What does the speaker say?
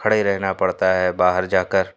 کھڑے رہنا پڑتا ہے باہر جا کر